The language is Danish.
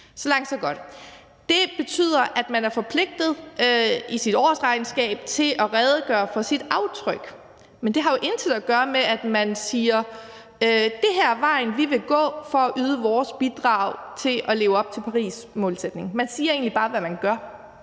Så langt, så godt. Det betyder, at man er forpligtet til i sit årsregnskab at redegøre for sit aftryk, men det har jo intet at gøre med, at man siger: Det her er den vej, vi vil gå, for at yde vores bidrag til at leve op til Parismålsætningen. Man siger egentlig bare, hvad man gør,